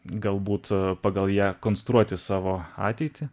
galbūt pagal ją konstruoti savo ateitį